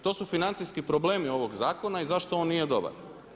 To su financijski problemi ovog zakona i zašto on nije dobar.